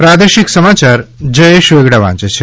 પ્રાદેશિક સમાચાર જયેશ વેગડા વાંચે છે